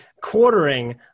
quartering